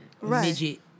right